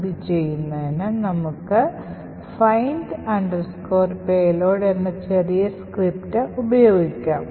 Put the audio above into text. ഇത് ചെയ്യുന്നതിന് നമുക്ക് find payload എന്ന ചെറിയ സ്ക്രിപ്റ്റ് ഉപയോഗിക്കാം